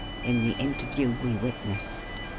in the interview we witnessed.